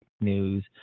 news